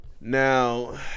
Now